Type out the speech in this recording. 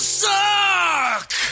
suck